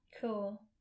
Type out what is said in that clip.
Cool